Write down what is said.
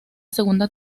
segunda